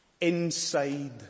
inside